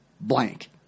blank